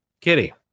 Kitty